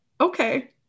Okay